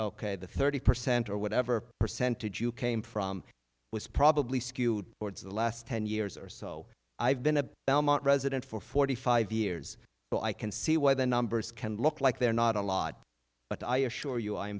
ok the thirty percent or whatever percentage you came from was probably skewed towards the last ten years or so i've been a belmont resident for forty five years so i can see why the numbers can look like they're not a lot but i assure you i